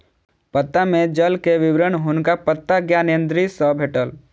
पत्ता में जल के विवरण हुनका पत्ता ज्ञानेंद्री सॅ भेटल